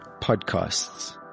podcasts